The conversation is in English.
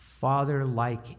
Father-like